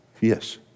Yes